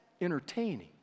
entertaining